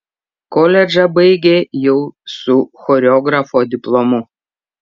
koledžą baigė jau su choreografo diplomu